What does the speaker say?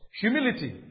Humility